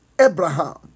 Abraham